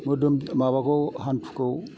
मोदोम माबाखौ हान्थुखौ